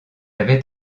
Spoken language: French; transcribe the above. avait